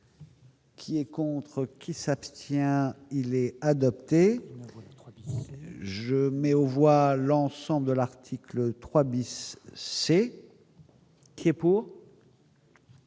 Qui et contre qui s'abstient, il est adopté, je mets au voix l'ensemble de l'article 3 bis, c'est qui est pour.